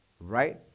right